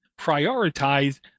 prioritize